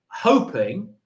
hoping